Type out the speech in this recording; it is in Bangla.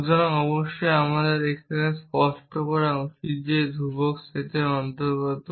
সুতরাং অবশ্যই আমার এখানে স্পষ্ট করা উচিত যে ধ্রুবক সেটের অন্তর্গত